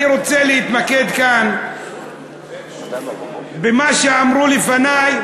אני רוצה להתמקד כאן במה שאמרו לפני,